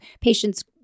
patients